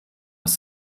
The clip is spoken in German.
aus